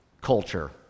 culture